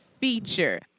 feature